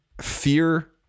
fear